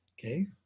Okay